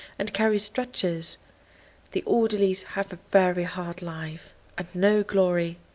and carry stretchers the orderlies have a very hard life and no glory.